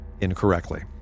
incorrectly